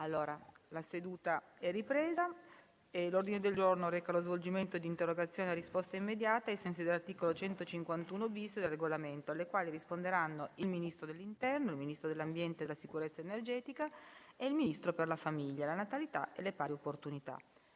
una nuova finestra"). L'ordine del giorno reca lo svolgimento di interrogazioni a risposta immediata (cosiddetto *question time*), ai sensi dell'articolo 151-*bis* del Regolamento, alle quali risponderanno il Ministro dell'interno, il Ministro dell'ambiente e della sicurezza energetica e il Ministro per la famiglia, la natalità e le pari opportunità.